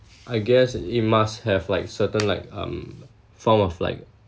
I guess it must have like certain like um form of like